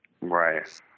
Right